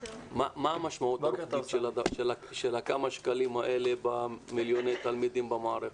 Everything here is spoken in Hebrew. מהי המשמעות --- של הכמה שקלים האלה למיליוני תלמידים במערכת?